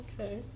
Okay